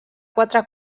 quatre